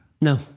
No